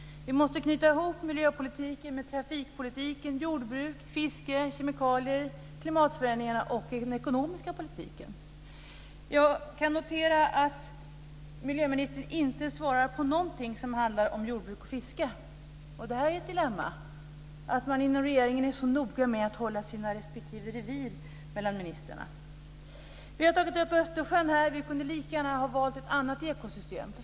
Vi måste knyta ihop miljöpolitiken med trafikpolitiken, med jordbruket, med fisket, med kemikalier, med klimatförändringarna och med den politiska politiken. Jag kan notera att miljöministern inte svarade på några frågor som handlade om jordbruk och fiske. Det är ett dilemma att ministrarna inom regeringen är så noga med att hålla på sina respektive revir. Vi har diskuterat Östersjön här, men vi kunde lika gärna ha valt ett annat ekosystem.